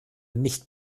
nicht